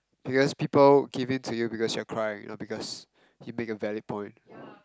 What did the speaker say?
you guess people give in to you because you're crying not because you made a valid point